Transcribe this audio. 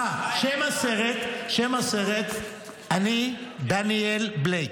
--- אה, שם הסרט: "אני דניאל בלאק".